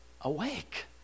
awake